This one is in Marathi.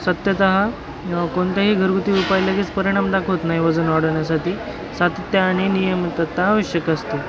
सत्यतः कोणत्याही घरगुती उपाय लगेच परिणाम दाखवत नाही वजन वाढवण्यासाठी सातत्य आणि नियमितता आवश्यक असते